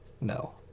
No